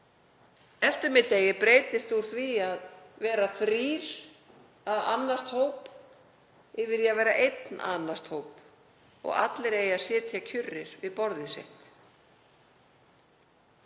eftirmiðdegi breytist úr því að vera þrír að annast hóp yfir í að vera einn að annast hóp og allir eigi að sitja kyrrir við borðið sitt.